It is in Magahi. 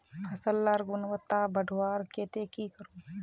फसल लार गुणवत्ता बढ़वार केते की करूम?